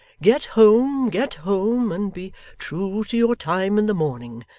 get home, get home, and be true to your time in the morning,